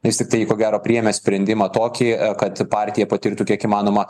vis tiktai ji ko gero priėmė sprendimą tokį kad partija patirtų kiek įmanoma